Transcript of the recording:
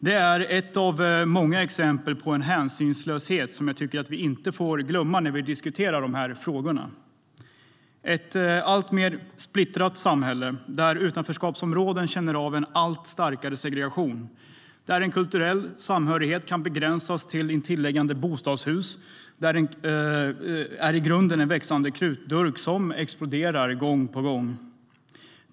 Detta är ett av många exempel på en hänsynslöshet som vi inte får glömma när vi diskuterar de här frågorna. Ett alltmer splittrat samhälle, där utanförskapsområden känner av en allt starkare segregation och där en kulturell samhörighet kan begränsas till intilliggande bostadshus är i grunden en växande krutdurk som exploderar gång på gång.